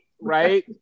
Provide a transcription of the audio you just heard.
Right